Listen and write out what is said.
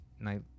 Night